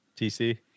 TC